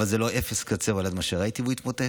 אבל זה אפס קצהו של מה שראיתי, והוא התמוטט.